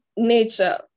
Nature